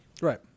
Right